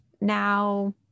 Now